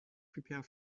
prepare